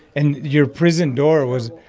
and your prison door was,